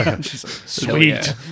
Sweet